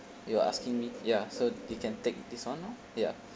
you asking me ya so they can take this one orh ya